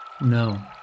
No